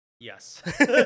Yes